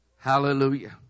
Hallelujah